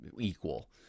equal